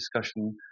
discussion